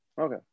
Okay